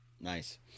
nice